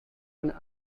and